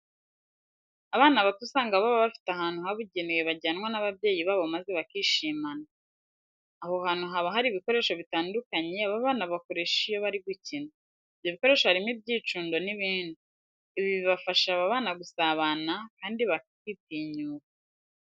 Abana bato usanga baba bafite ahantu habugenewe bajyanwa n'ababyeyi babo maze bakishimana. Aho hantu haba bari ibikoresho bitandukanye aba bana bakoresha iyo bari gukina. Ibyo bikoresho harimo ibyicundo n'ibindi. Ibi bifasha aba bana gusabana kandi bakitinyuka.